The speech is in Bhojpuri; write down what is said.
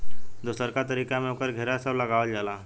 दोसरका तरीका में ओकर घेरा सब लगावल जाला